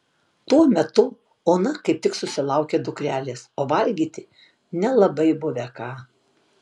tuo metu ona kaip tik susilaukė dukrelės o valgyti nelabai buvę ką